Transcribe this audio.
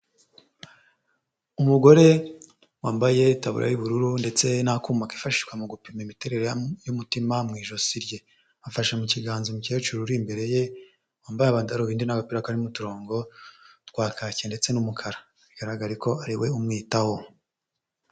Umugore wambaye itaburiya y'ubururu ndetse n'akuma kifashishwa mu gupima imiterere y'umutima mu ijosi rye. Afashe mu kiganza umukecuru uri imbere ye wambaye amadarubindi n'agapira karimo uturongo twa kake ndetse n'umukara, bigaragara ko ari we umwitaho.